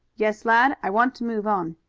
yes, lad, i want to move on.